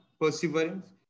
perseverance